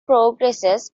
progresses